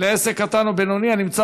אם כן, הצעת החוק עברה בקריאה טרומית.